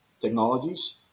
technologies